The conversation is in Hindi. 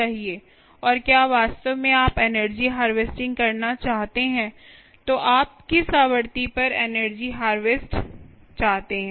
और क्या वास्तव में आप एनर्जी हार्वेस्टिंग करना चाहते हैं तो आप किस आवृत्ति पर एनर्जी हार्वेस्ट चाहते हैं